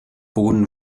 boden